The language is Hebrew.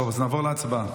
טוב, אז נעבור להצבעה.